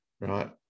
right